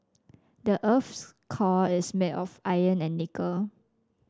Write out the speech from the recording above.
the earth's core is made of iron and nickel